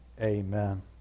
Amen